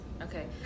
Okay